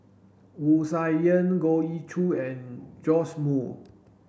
Wu Tsai Yen Goh Ee Choo and Joash Moo